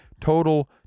total